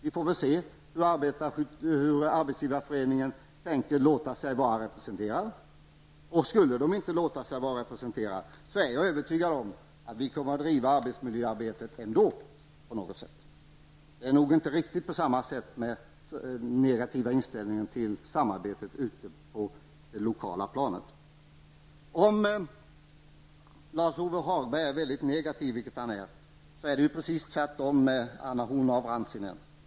Vi får väl se hur arbetsgivareföreningen tänker låta sig vara representerad. Skulle man inte låta sig vara representerad, är jag övertygad om att vi kommer att driva arbetsmiljöarbetet ändå, på något sätt. Den negativa inställningen till samarbete är nog inte riktigt likadan ute på det lokala planet. Om Lars-Ove Hagberg är mycket negativ, är det precis tvärtom med Anna Horn af Rantzien.